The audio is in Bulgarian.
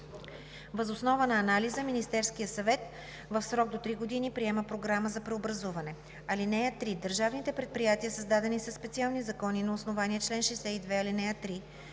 Въз основа на анализа Министерският съвет в срок до три години приема програма за преобразуване. (3) Държавните предприятия, създадени със специални закони на основание чл. 62, ал. 3